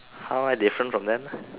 how I different from them